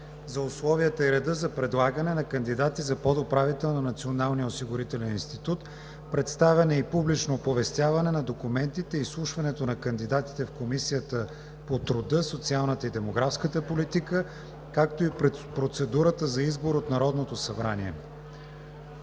за условията и реда за предлагане на кандидати за подуправител на Националния осигурителен институт, представяне и публично оповестяване на документите и изслушването на кандидатите в Комисията по труда, социалната и демографската политика, както и процедурата за избор от Народното събрание